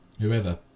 whoever